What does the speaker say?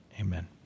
Amen